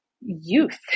youth